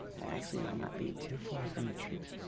actually might not be too far from the truth.